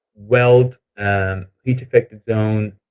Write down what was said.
weld and heat affected zones,